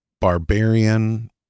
barbarian